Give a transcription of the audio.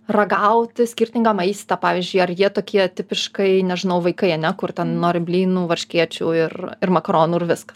ragauti skirtingą maistą pavyzdžiui ar jie tokie tipiškai nežinau vaikai ane kur ten nori blynų varškėčių ir ir makaronų ir viskas